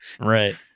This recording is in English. Right